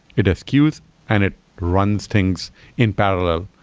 it has queues and it runs things in parallel.